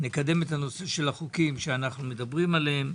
נקדם את הנושא של החוקים שאנחנו מדברים עליהם.